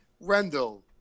Rendell